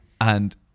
And-